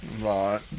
Right